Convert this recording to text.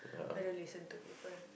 I don't listen to people